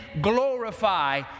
glorify